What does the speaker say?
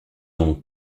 donc